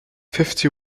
fifty